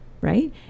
right